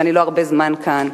ואני לא הרבה זמן כאן,